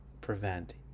prevent